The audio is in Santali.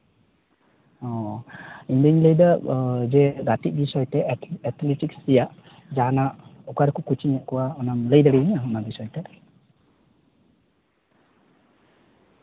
ᱚ ᱤᱧᱫᱩᱧ ᱞᱟᱹᱭᱫᱟ ᱡᱮ ᱜᱟᱛᱮᱜ ᱵᱤᱥᱚᱭ ᱛᱮ ᱮᱛᱷᱮᱞᱤᱴᱤᱠᱥ ᱨᱮᱭᱟᱜ ᱡᱟᱦᱟᱱᱟᱜ ᱚᱠᱟ ᱨᱮᱠᱚ ᱠᱳᱪᱤᱝᱮᱫ ᱠᱚᱣᱟ ᱚᱱᱟᱢ ᱞᱟᱹᱭ ᱫᱟᱲᱮᱭᱟᱹᱧᱟ ᱚᱱᱟ ᱵᱤᱥᱚᱭ ᱛᱮ